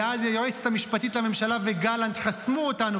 ואז היועצת המשפטית לממשלה וגלנט חסמו אותנו,